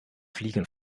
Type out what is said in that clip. fliegen